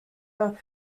are